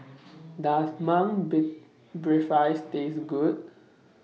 Does Mung Taste Good